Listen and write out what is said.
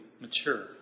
mature